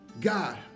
God